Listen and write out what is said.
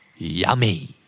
Yummy